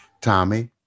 Tommy